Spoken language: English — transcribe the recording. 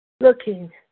Looking